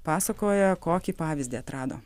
pasakoja kokį pavyzdį atrado